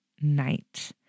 night